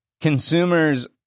consumers